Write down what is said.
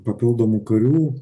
papildomų karių